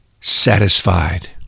satisfied